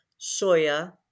soya